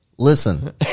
Listen